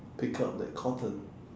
pick up that cotton